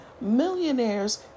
millionaires